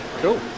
cool